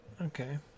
Okay